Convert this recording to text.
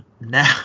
now